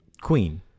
Queen